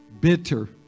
Bitter